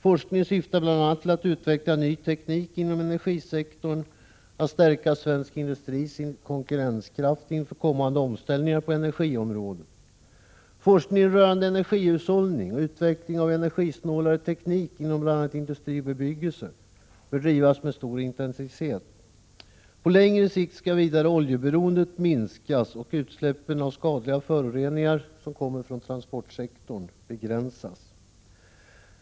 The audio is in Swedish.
Forskningen syftar bl.a. till att utveckla ny teknik inom energisektorn, att stärka svensk industris konkurrenskraft inför kommande omställningar på energiområdet. Forskningen rörande energihushållning och utveckling av energisnålare teknik inom bl.a. industri och bebyggelse bör drivas med stor intensitet. På längre sikt skall vidare oljeberoendet minskas och utsläppen av skadliga föroreningar som kommer från transportsektorn begränsas.